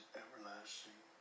everlasting